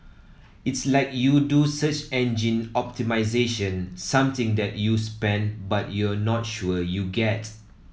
it's like you do search engine optimisation something that you spend but you're not sure you get